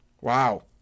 Wow